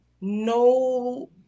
no